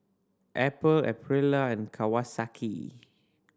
Apple Aprilia and Kawasaki